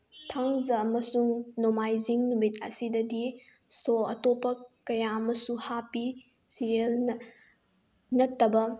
ꯊꯥꯡꯖ ꯑꯃꯁꯨꯡ ꯅꯣꯡꯃꯥꯏꯖꯤꯡ ꯅꯨꯃꯤꯠ ꯑꯁꯤꯗꯗꯤ ꯁꯣ ꯑꯇꯣꯞꯄ ꯀꯌꯥ ꯑꯃꯁꯨ ꯍꯥꯞꯄꯤ ꯁꯤꯔꯦꯜ ꯅꯠꯇꯕ